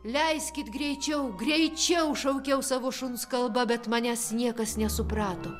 leiskit greičiau greičiau šaukiau savo šuns kalba bet manęs niekas nesuprato